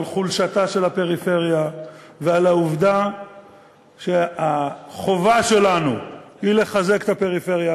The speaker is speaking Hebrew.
על חולשתה של הפריפריה ועל העובדה שהחובה שלנו היא לחזק את הפריפריה.